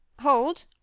hold,